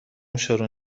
شروع